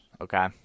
okay